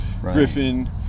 Griffin